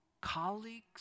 colleagues